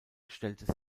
stellte